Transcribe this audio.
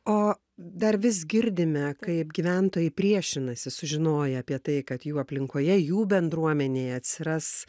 o dar vis girdime kaip gyventojai priešinasi sužinoję apie tai kad jų aplinkoje jų bendruomenėje atsiras